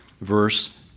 verse